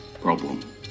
problem